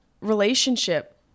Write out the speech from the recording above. relationship